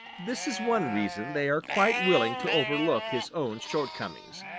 this is one reason they are quite willing to overlook his own shortcomings.